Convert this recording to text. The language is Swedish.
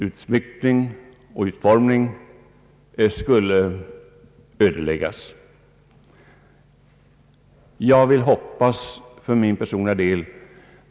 utsmyckning och utformning skulle ödeläggas, kan inte heller jag tänka mig det.